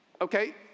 Okay